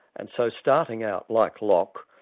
and so starting out like locke,